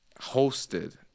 hosted